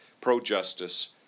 pro-justice